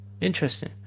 Interesting